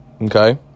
Okay